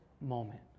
moment